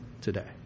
today